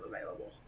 available